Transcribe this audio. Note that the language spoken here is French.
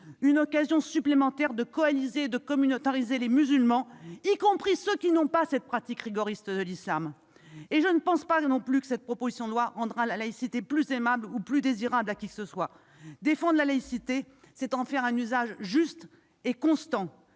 une occasion supplémentaire de coaliser et de communautariser les musulmans, y compris ceux qui n'ont pas cette pratique rigoriste de l'islam. Très bien ! Je ne pense pas non plus que cette proposition de loi rendra la laïcité plus aimable ou plus désirable à qui que ce soit. Défendre la laïcité, c'est en faire un usage juste et constant.